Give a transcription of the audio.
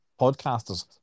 podcasters